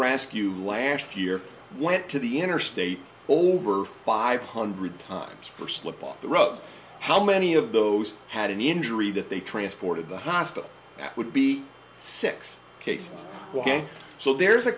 rescue last year went to the interstate over five hundred times for slip off the roads how many of those had an injury that they transported the hospital that would be six cases so there's a